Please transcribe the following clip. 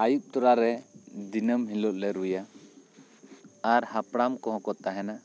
ᱟᱹᱭᱩᱵ ᱛᱚᱨᱟ ᱨᱮ ᱫᱤᱱᱚᱢ ᱦᱤᱞᱳᱜ ᱞᱮ ᱨᱩᱭᱟ ᱟᱨ ᱦᱟᱯᱟᱲᱟᱢ ᱠᱚᱦᱚᱸ ᱠᱚ ᱛᱟᱦᱮᱱᱟ